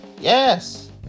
Yes